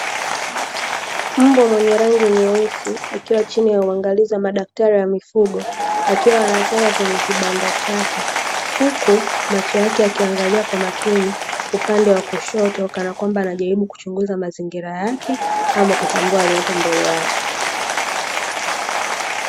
Mbwa mwenye rangi nyeusi akiwa chini ya uangalizi wa madaktari wa mifugo, akiwa anatoka kwenye kibanda chake. Huku macho yake yakiangalia kwa makini upande wa kushoto kana kwamba anajaribu kuchunguza mazingira yake, ama kutambua aliepo mbele yake.